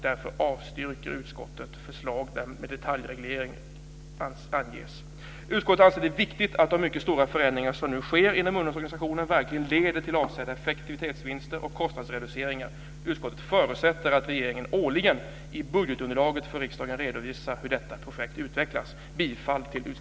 Därför avstyrker utskottet förslag där detaljreglering anges. Utskottet anser det viktigt att de mycket stora förändringar som nu sker inom underhållsorganisationen verkligen leder till avsedda effektivitetsvinster och kostnadsreduceringar. Utskottet förutsätter att regeringen årligen i budgetunderlaget för riksdagen redovisar hur detta projekt utvecklas.